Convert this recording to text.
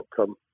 outcome